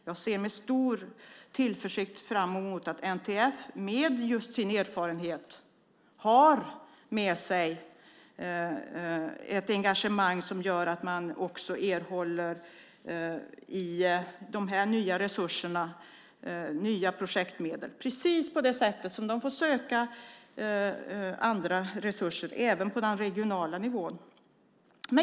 Jag ser med stor tillförsikt fram emot att NTF, med just sin erfarenhet, har med sig ett engagemang som gör att man i de nya resurserna erhåller nya projektmedel. Det är precis på samma sätt som de får söka andra resurser även på den regionala nivån.